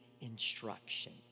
instruction